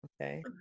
Okay